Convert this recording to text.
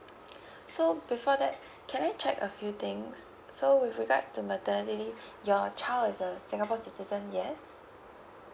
so before that can I check a few things so with regard to maternity leave your child is a singapore citizen yes